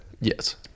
Yes